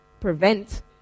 Prevent